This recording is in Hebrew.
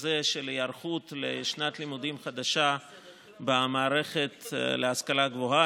היערכות לשנת לימודים חדשה במערכת להשכלה הגבוהה.